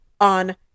on